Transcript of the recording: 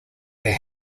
their